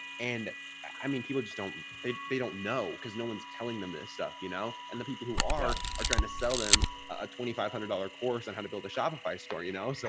and i mean, people just don't, they don't know. because no one's telling them this stuff. you know, and the people who are are trying to sell them a twenty five hundred dollars course on how to build a shopify store, you know, so,